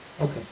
Okay